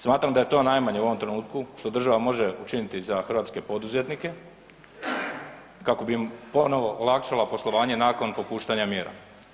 Smatram da je to najmanje u ovom trenutku što država može učiniti za hrvatske poduzetnike, kako bi im ponovno olakšala poslovanje nakon popuštanja mjera.